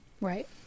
right